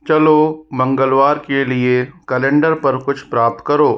चलो मंगलवार के लिए कैलेंडर पर कुछ प्राप्त करो